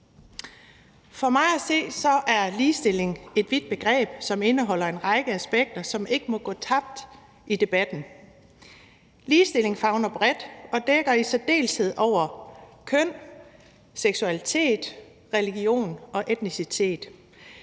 For mig at se er ligestilling et vidt begreb, som indeholder en række aspekter, som ikke må gå tabt i debatten. Ligestilling favner bredt og dækker i særdeleshed over køn, seksualitet, religion og etnicitet.